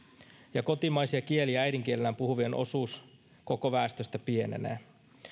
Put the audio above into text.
ja kotimaisia kieliä äidinkielenään puhuvien osuus koko väestöstä pienenee